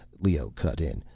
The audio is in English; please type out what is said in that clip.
leoh cut in.